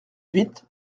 huit